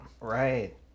Right